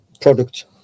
product